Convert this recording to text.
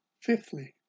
Fifthly